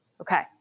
Okay